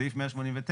בסעיף 189,